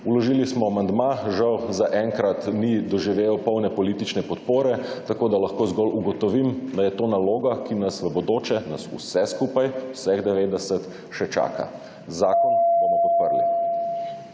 Vložili smo amandma, žal za enkrat ni doživel polne politične podpore, tako da lahko zgolj ugotovim, da je to naloga, ki nas v bodoče, nas vse skupaj, vseh 90 še čaka. Zakon bomo podprli.